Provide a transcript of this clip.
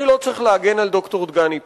אני לא צריך להגן על ד"ר דגני פה.